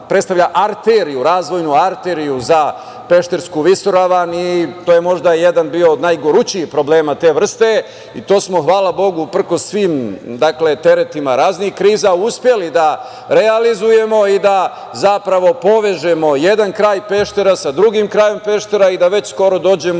predstavlja razvojnu arteriju za Peštersku visoravan i to je možda jedan bio od najgorućijih problema te vrste i to smo, hvala bogu, uprkos svim teretima raznih kriza, uspeli da realizujemo i da zapravo povežemo jedan kraj Peštera sa drugim krajem Peštera i da već skoro dođemo